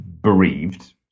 bereaved